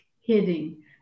hitting